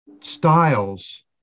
styles